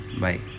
Bye